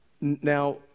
Now